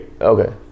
Okay